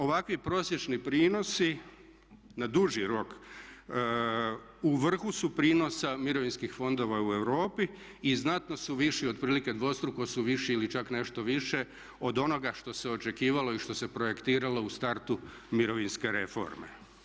Ovakvi prosječni prinosi na duži rok u vrhu su prinosa Mirovinskih fondova u Europi i znatno su viši, otprilike dvostruko su viši ili čak nešto više od onoga što se očekivalo i što se projektiralo u startu mirovinske reforme.